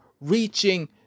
reaching